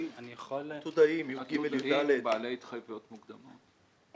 עתודאים, י", י"ד, בעלי התחייבות מוקדמות.